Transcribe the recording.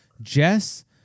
Jess